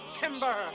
timber